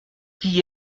qui